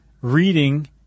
reading